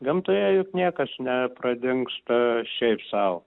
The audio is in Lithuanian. gamtoje juk niekas nepradingsta šiaip sau